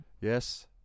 Yes